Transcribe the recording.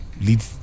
lead